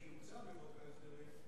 משהוצא מחוק ההסדרים,